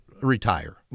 retire